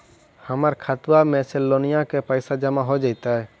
हमर खातबा में से लोनिया के पैसा जामा हो जैतय?